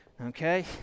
Okay